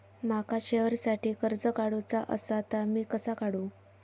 माका शेअरसाठी कर्ज काढूचा असा ता मी कसा काढू?